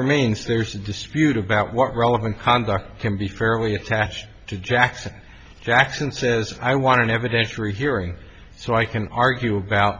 remains there's a dispute about what relevant conduct can be fairly attached to jackson jackson says i want an evidentiary hearing so i can argue about